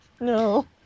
No